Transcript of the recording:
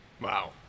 Wow